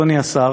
אדוני השר,